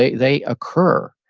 they they occur.